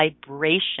vibration